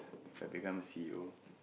If I become a C_E_O